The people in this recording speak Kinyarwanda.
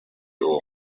uwo